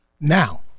Now